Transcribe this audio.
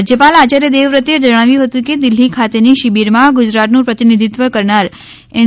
રાજ્યપાલ આયાર્થ દેવવ્રતે જણાવ્ય હતુ કે દિલ્હી ખાતેની શિબીરમાં ગુજરાતનું પ્રતિનિધિત્વ કરનાર એન